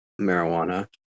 marijuana